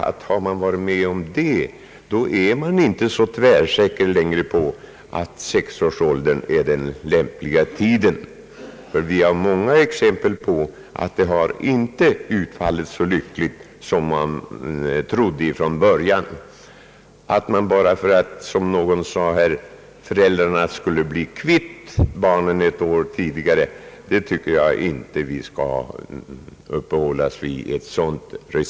Har man varit med om detta, tror jag nog att man inte är så tvärsäker längre på att 6-årsåldern är den lämpliga tiden, ty vi har många exempel på att det hela inte har utfallit så lyckligt som man från början trodde. Jag tycker inte att vi bör uppehålla oss vid ett sådant resonemang som att man skulle låta barnen börja skolan vid 6-årsåldern för att — som någon talare här nämnde — föräldrarna skulle bli kvitt barnen ett år tidigare.